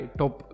top